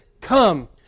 come